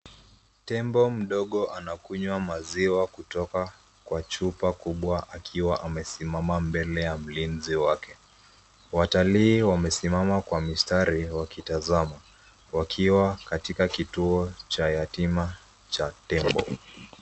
Tembo mdogo anakunywa maziwa kutoka kwa chupa kubwa akiwa amesimama mbele ya mlinzi wake. Watalii wamesimama kwa msitari wakitazama wakiwa katika kituo cha yatima cha tembo.